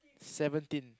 seventeen